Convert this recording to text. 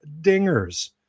dingers